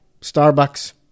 Starbucks